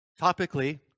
topically